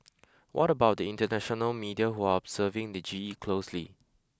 what about the international media who are observing the G E closely